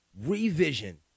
revision